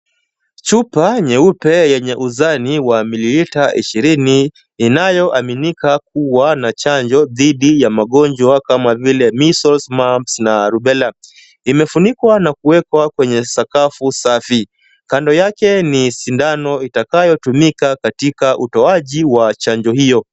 Chupa nyeupe yenye uzani wa mililita ishirini, inayo aminika kuwa na chanjo dhidi ya magonjwa kama vile mesleas, mumphs na rubela. Imefunikwa na kuwekwa kwenye sakafu safi. Kando yake ni sindano itakayotumika katika utoaji wa chanjo hiyo.